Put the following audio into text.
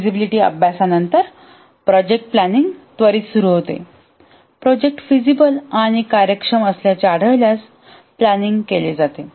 feasibility अभ्यासानंतरप्रोजेक्ट planning त्वरित सुरू होतेप्रोजेक्ट फिजिबल आणि कार्यक्षम असल्याचे आढळल्यास प्लॅनिंग केले जाते